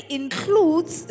includes